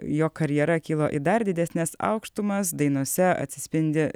jo karjera kilo į dar didesnes aukštumas dainose atsispindi